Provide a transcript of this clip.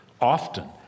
often